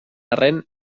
arren